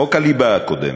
בחוק הליבה הקודם,